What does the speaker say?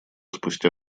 спустя